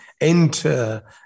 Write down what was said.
enter